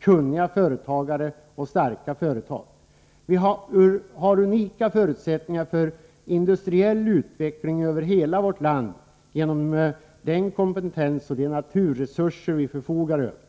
kunniga företagare och starka företag. Vi har unika förutsättningar för industriell utveckling över hela vårt land genom den kompetens och de naturresurser vi förfogar över.